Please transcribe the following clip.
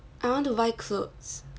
I want to buy clothes